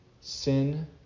Sin